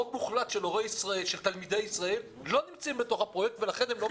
רוב מוחלט של תלמידי ישראל לא נמצאים בתוך הפרויקט ולכן הם לא מתוקצבים.